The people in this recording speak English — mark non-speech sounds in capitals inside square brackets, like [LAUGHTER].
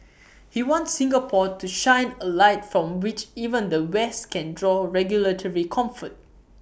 [NOISE] he wants Singapore to shine A light from which even the west can draw regulatory comfort